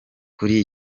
kuri